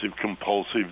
compulsive